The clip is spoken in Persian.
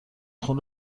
خون